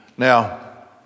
Now